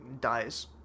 dies